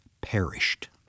perished